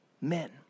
men